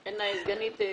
עדנה, סגנית מזכ"לית,